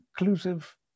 inclusive